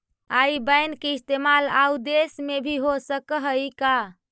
आई बैन के इस्तेमाल आउ देश में भी हो सकऽ हई का?